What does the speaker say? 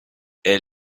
elle